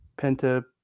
Penta